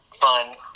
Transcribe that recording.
fun